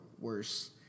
worse